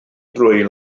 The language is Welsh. drwy